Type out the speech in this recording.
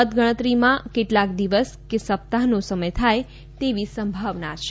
મતગણતરીમાં કેટલાંક દિવસ કે સપ્તાહનો સમય થાય તેવી સંભાવના છે